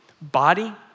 body